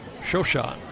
Shoshan